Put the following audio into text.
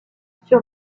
sur